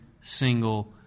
single